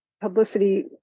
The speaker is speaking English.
publicity